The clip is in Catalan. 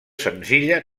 senzilla